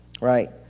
right